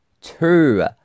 two